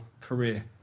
career